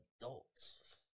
adults